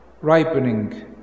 ripening